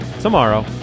tomorrow